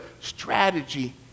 strategy